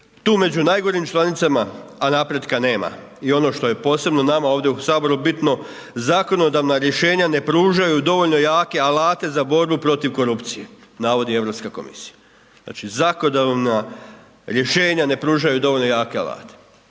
tu među najgorim članicama a napretka nema. I ono što je posebno nama ovdje u Saboru bitno zakonodavna rješenja ne pružaju dovoljno jake alate za borbu protiv korupcije, navodi Europska komisija. Znači zakonodavna rješenja ne pružaju dovoljno jake alate.